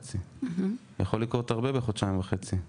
לקרות הרבה בחודשיים וחצי.